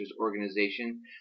organization